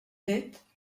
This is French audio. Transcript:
dettes